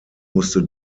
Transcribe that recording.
musste